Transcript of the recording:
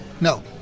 No